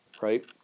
right